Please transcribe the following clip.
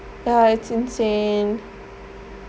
yeah it's insane